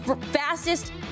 fastest